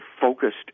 focused